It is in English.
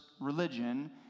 religion